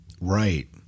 Right